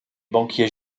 banquier